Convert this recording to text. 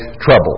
trouble